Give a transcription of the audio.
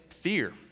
fear